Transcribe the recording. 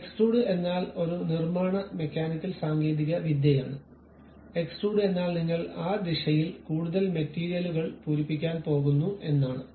extrude എന്നാൽ ഒരു നിർമ്മാണ മെക്കാനിക്കൽ സാങ്കേതികവിദ്യയാണ് എക്സ്ട്രൂഡ് എന്നാൽ നിങ്ങൾ ആ ദിശയിൽ കൂടുതൽ മെറ്റീരിയലുകൾ പൂരിപ്പിക്കാൻ പോകുന്നു എന്നാണ്